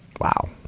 Wow